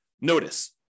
Notice